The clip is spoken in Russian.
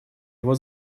его